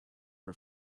her